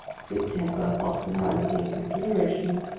sweet temper, hospitality, consideration,